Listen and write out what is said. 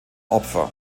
opfer